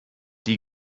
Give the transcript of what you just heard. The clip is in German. die